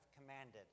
commanded